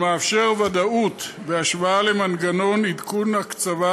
ומאפשר ודאות בהשוואה למנגנון עדכון הקצבה